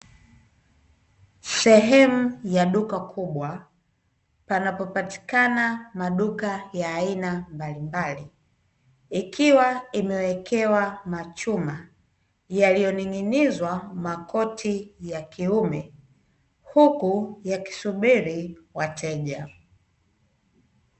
Sehemu ya duka kubwa, panapopatikana maduka ya aina mbalimbali, ikiwa imewekewa machuma, yaliyoning'inizwa makoti ya kiume, huku yakisubiri wateja.